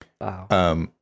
Wow